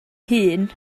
hŷn